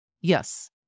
Yes